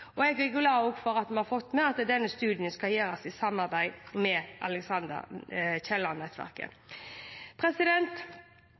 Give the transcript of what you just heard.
og jeg er glad for at vi har fått med at denne studien skal gjøres i samarbeid med